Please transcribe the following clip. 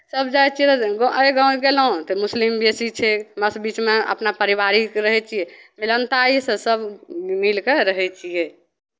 सभ जाइ छियै एहि गाँव गेलहुँ तऽ मुस्लिम बेसी छै हमरासभ बीचमे अपना पारिवारिक रहै छियै मिलनताइसँ सभ मिलि कऽ रहै छियै